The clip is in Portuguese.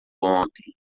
ontem